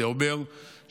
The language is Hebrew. זה אומר שמחר,